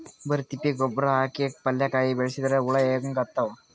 ಬರಿ ತಿಪ್ಪಿ ಗೊಬ್ಬರ ಹಾಕಿ ಪಲ್ಯಾಕಾಯಿ ಬೆಳಸಿದ್ರ ಹುಳ ಹತ್ತತಾವ?